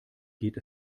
geht